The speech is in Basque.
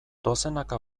dozenaka